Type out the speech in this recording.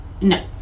No